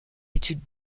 études